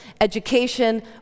education